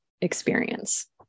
experience